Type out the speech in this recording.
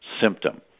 symptom